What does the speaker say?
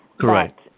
correct